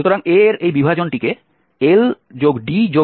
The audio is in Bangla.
সুতরাং A এর এই বিভাজনটিকে LDU হিসেবে নিন